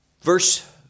verse